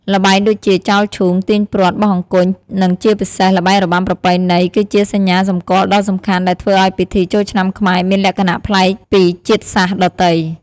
ល្បែងដូចជា ចោលឈូង ទាញព្រ័ត្រ បោះអង្គញ់ និងជាពិសេស ល្បែងរបាំប្រពៃណី គឺជាសញ្ញាសម្គាល់ដ៏សំខាន់ ដែលធ្វើឲ្យពិធីចូលឆ្នាំខ្មែរមានលក្ខណៈប្លែកពីជាតិសាសន៍ដទៃ។